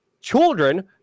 children